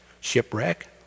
shipwreck